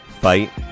Fight